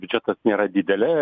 biudžetas nėra didelė